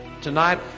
Tonight